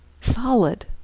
solid